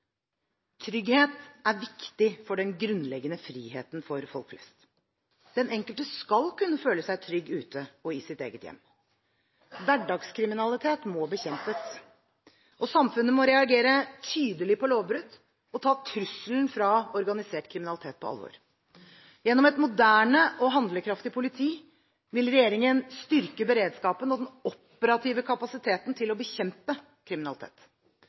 Trygghet er viktig for den grunnleggende friheten for folk flest. Den enkelte skal kunne føle seg trygg ute og i sitt eget hjem. Hverdagskriminalitet må bekjempes. Samfunnet må reagere tydelig på lovbrudd og ta trusselen fra organisert kriminalitet på alvor. Gjennom et moderne og handlekraftig politi vil regjeringen styrke beredskapen og den operative kapasiteten til å bekjempe kriminalitet.